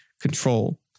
Control